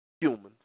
Humans